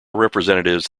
representatives